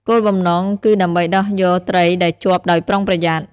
គោលបំណងគឺដើម្បីដោះយកត្រីដែលជាប់ដោយប្រុងប្រយ័ត្ន។